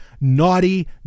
naughty